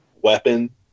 weapon